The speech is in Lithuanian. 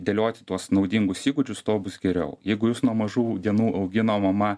dėlioti tuos naudingus įgūdžius to bus geriau jeigu jūs nuo mažų dienų augino mama